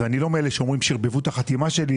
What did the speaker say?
אני לא מאלה שאומרים ששירבבו את החתימה שלי,